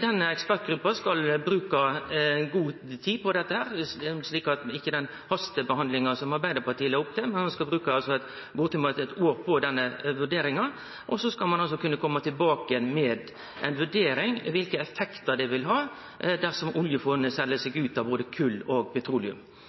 Den ekspertgruppa skal bruke god tid på dette, slik at ein ikkje får den hastebehandlinga som Arbeidarpartiet legg opp til. Dei skal altså bruke bortimot eit år på denne vurderinga. Så skal ein kome tilbake med ei vurdering av kva for effektar det vil ha dersom oljefondet sel seg ut av både kol og petroleum.